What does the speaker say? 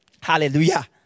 Hallelujah